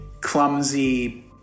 clumsy